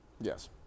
Yes